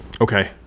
Okay